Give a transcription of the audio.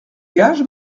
gage